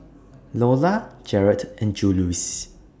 Lolla Jarett and Juluis